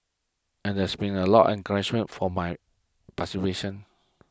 and there's been a lot encouragement for my participation